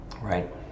Right